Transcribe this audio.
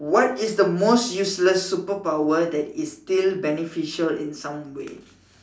what is the most useless superpower that is still beneficial in some way